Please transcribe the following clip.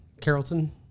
Carrollton